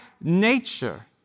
nature